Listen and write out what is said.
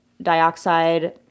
dioxide